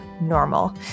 normal